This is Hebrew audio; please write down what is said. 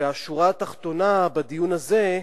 והשורה התחתונה בדיון הזה,